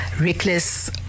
reckless